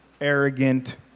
arrogant